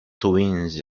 twins